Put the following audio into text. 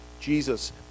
Jesus